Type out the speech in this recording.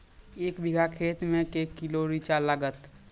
एक बीघा खेत मे के किलो रिचा लागत?